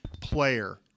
player